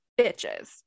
bitches